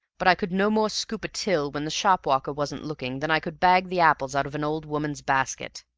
but i could no more scoop a till when the shopwalker wasn't looking than i could bag the apples out of an old woman's basket.